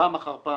פעם אחר פעם,